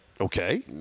okay